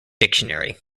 dictionary